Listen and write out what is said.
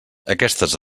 aquestes